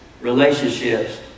Relationships